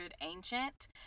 ancient